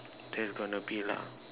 just gonna be lah